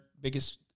biggest